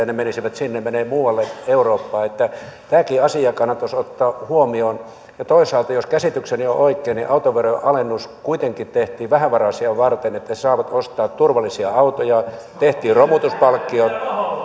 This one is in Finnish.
että ne menisivät sinne ne menevät muualle eurooppaan tämäkin asia kannattaisi ottaa huomioon toisaalta jos käsitykseni on oikein niin autoveron alennus kuitenkin tehtiin vähävaraisia varten että he saavat ostaa turvallisia autoja tehtiin romutuspalkkiot